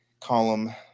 column